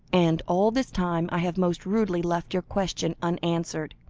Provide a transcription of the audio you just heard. and all this time i have most rudely left your question unanswered.